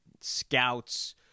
scouts